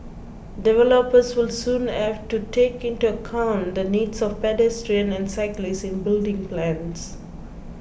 developers will soon have to take into account the needs of pedestrians and cyclists in building plans